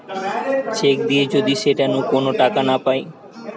check দিয়ে যদি সেটা নু কোন টাকা না পায়